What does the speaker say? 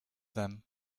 them